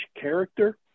character